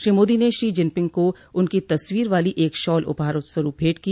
श्री मोदी ने Xi Jinping को उनकी तस्वीर वाली एक शॉल उपहार स्वरूप भेंट की